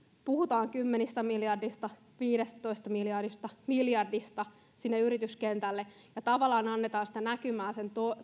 puhutaan kymmenestä miljardista viidestätoista miljardista miljardeista sinne yrityskentälle ja tavallaan annetaan sitä näkymää